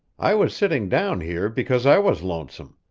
i was sitting down here because i was lonesome,